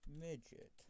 midget